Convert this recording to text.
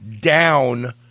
down